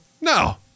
No